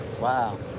Wow